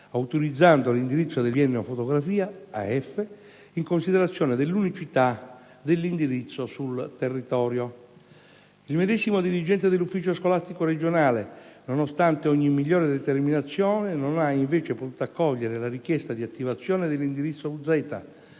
autorizzando l'indirizzo del biennio fotografia (AF), in considerazione dell'unicità dell'indirizzo sul territorio. Il medesimo dirigente dell'ufficio scolastico regionale, nonostante ogni migliore determinazione, non ha invece potuto accogliere la richiesta di attivazione dell'indirizzo UZ